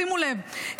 שימו לב.